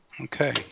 Okay